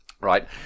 Right